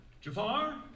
Jafar